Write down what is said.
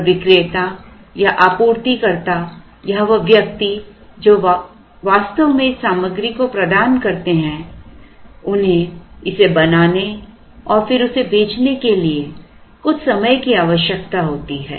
पर विक्रेता या आपूर्तिकर्ता या वह व्व्यक्ति जो वास्तव में इस सामग्री को प्रदान करते हैं उन्हें इसे बनाने और फिर इसे बेचने के लिए कुछ समय की आवश्यकता होती है